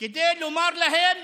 כדי לומר להם